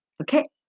okay